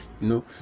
no